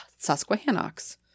Susquehannocks